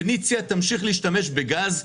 פניציה תמשיך להשתמש בגז,